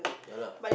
ya lah